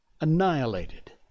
annihilated